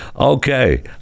okay